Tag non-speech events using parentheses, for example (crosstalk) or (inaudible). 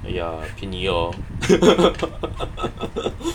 !aiya! 便宜 lor (laughs)